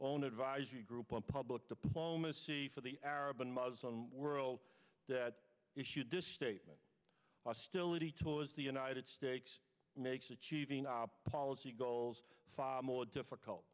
own advisory group on public diplomacy for the arab and muslim world that issued this statement hostility towards the united states makes achieving our policy goals far more difficult